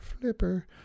Flipper